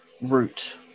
route